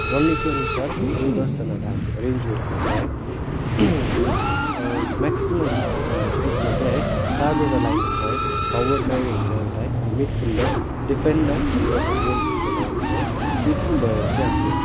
रणनीति अनुसार अरू दसजनालाई हामीले एरेन्ज गरेको हुन्छ है अनि म्याक्सिमम् हाम्रो चाहिँ त्यसमा चाहिँ है चारवटा लाइन हुन्छ है फर्वड लाइन हुन्छ एउटा है अनि मिड फिल्डर डिफेन्ड र एउटा गोल किप्पर लाइन हुन्छ है त्यतिबाट चाहिँ हाम्रो